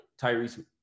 Tyrese